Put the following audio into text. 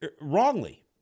wrongly